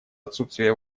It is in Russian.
отсутствие